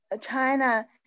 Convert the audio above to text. China